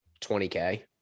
20K